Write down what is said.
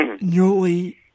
newly